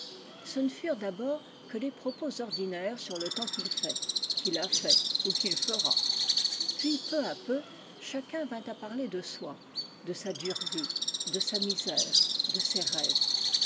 ce ne furent d'abord que les propos ordinaires sur le temps qu'il fait qu'il a fait ou qu'il fera puis peu à peu chacun vint à par ler de soi de sa dure vie de sa misère de ses rêves